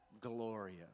Gloria